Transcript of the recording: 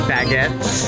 Baguettes